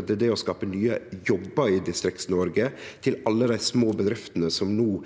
det å skape nye jobbar i Distrikts-Noreg, til alle dei små bedriftene som no